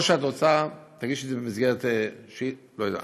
או שתגישי את זה במסגרת שאילתה.